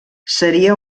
seria